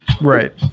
Right